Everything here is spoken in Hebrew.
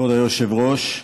כבוד היושב-ראש,